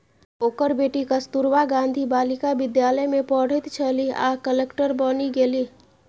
ओकर बेटी कस्तूरबा गांधी बालिका विद्यालय मे पढ़ैत छलीह आ कलेक्टर बनि गेलीह